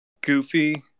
goofy